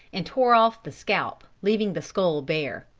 and tore off the scalp, leaving the skull bare.